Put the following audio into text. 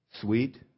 sweet